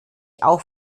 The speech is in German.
auch